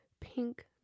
pink